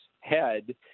head